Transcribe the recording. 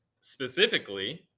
specifically